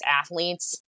athletes